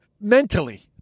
mentally